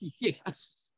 Yes